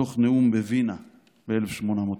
מתוך נאום בווינה ב-1896.